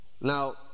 Now